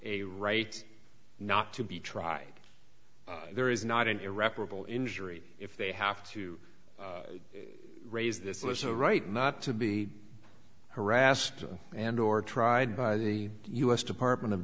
a right not to be tried there is not an irreparable injury if they have to raise this is a right not to be harassed and or tried by the u s department of